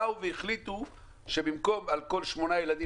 החליטו שבמקום שתהיה על כל שמונה ילדים